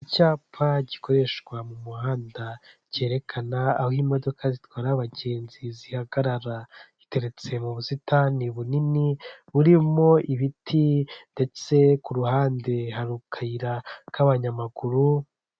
Icyapa gikoreshwa mu muhanda cyerekana aho imodoka zitwara abagenzi zihagarara ziteretse mu busitani bunini burimo ibiti ndetse ku ruhande hari akayira k'abanyamaguru.